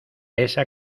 esa